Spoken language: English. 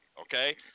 okay